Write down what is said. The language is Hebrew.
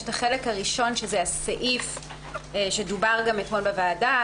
החלק הראשון זה הסעיף שדובר אתמול בוועדה,